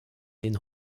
den